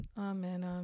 Amen